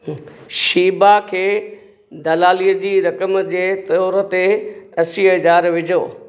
शीबा खे दलालीअ जी रक़म जे तौरु ते असी हज़ार विझो